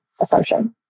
assumption